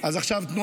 זה מה שאתה.